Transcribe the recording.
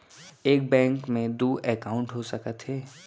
एक बैंक में दू एकाउंट हो सकत हे?